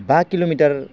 बा किल'मिटार